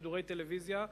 שידורי טלוויזיה,